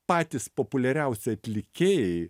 patys populiariausi atlikėjai